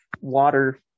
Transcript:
water